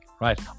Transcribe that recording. right